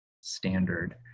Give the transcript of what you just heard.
standard